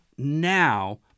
now